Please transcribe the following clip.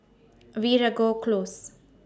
Veeragoo Close